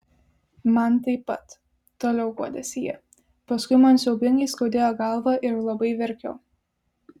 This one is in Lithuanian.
man taip pat toliau guodėsi ji paskui man siaubingai skaudėjo galvą ir labai verkiau